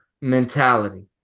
mentality